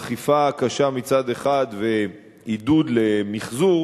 אכיפה קשה מצד אחד ועידוד מיחזור